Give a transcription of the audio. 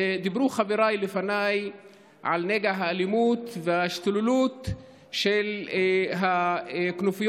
דיברו חבריי לפניי על נגע האלימות וההשתוללות של כנופיות